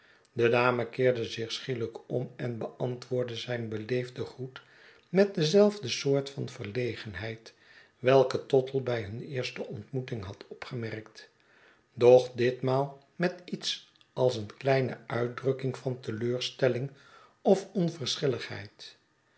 de dame keerde zich schielijk om en beantwoordde zijn beleefden groet met dezelfde soort van verlegenheid welke tottle bij hun eerste ontmoeting had opgemerkt doch ditmaal met iets als een kleine uitdrukking van teleurstelling of onverschilligheid